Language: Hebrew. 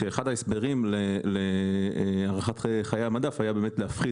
שאחד ההסברים להארכת חיי מדף היה באמת להפחית